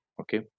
okay